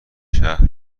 شهر